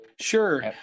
Sure